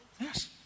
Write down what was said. Yes